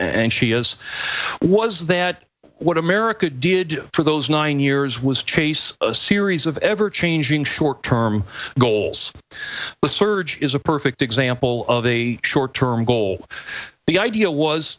and shias was that what america did for those nine years was chase a series of ever changing short term goals but surge is a perfect example of a short term goal the idea was